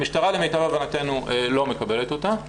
המשטרה למיטב הבנתנו לא מקבלת אותה.